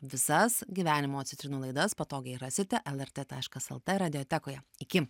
visas gyvenimo citrinų laidas patogiai rasite lrt taškas lt radiotekoje iki